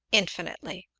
infinitely!